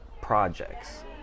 projects